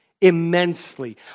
immensely